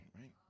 right